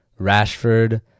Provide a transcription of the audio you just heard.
Rashford